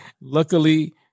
Luckily